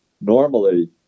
Normally